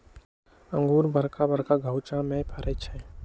इंगूर बरका बरका घउछामें फ़रै छइ